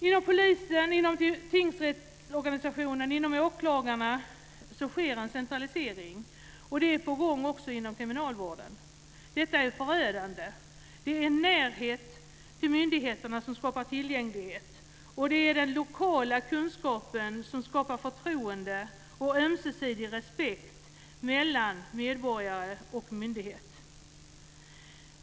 Inom polisen, inom tingsrättsorganisationen och för åklagarna sker en centralisering. Det är på gång också inom kriminalvården. Detta är förödande. Det är närhet till myndigheterna som skapar tillgänglighet och det är den lokala kunskapen som skapar förtroende och ömsesidig respekt mellan medborgare och myndighet.